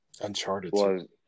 Uncharted